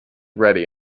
ready